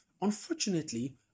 Unfortunately